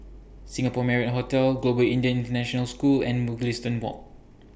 Singapore Marriott Hotel Global Indian International School and Mugliston Walk